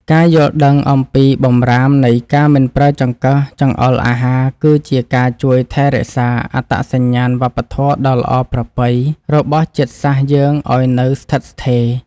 ការយល់ដឹងអំពីបម្រាមនៃការមិនប្រើចង្កឹះចង្អុលអាហារគឺជាការជួយថែរក្សាអត្តសញ្ញាណវប្បធម៌ដ៏ល្អប្រពៃរបស់ជាតិសាសន៍យើងឱ្យនៅស្ថិតស្ថេរ។